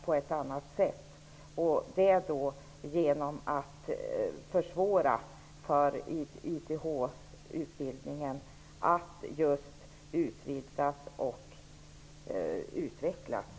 Det blir svårare att utvidga och utveckla YTH-utbildningen.